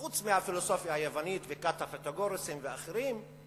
חוץ מהפילוסופיה היוונית וכת הפיתגוריזם ואחרים,